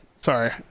Sorry